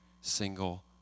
single